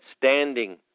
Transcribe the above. standing